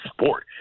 sport